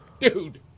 Dude